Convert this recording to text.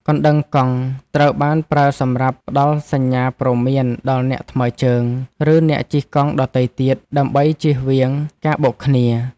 កណ្ដឹងកង់ត្រូវបានប្រើសម្រាប់ផ្ដល់សញ្ញាព្រមានដល់អ្នកថ្មើរជើង ឬអ្នកជិះកង់ដទៃទៀត ដើម្បីជៀសវាងការបុកគ្នា។